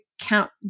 count